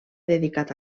dedicat